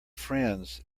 friends